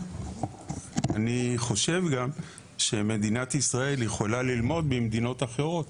אני חושב שמדינת ישראל יכולה גם ללמוד ממדינות אחרות